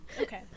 okay